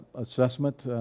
assessment.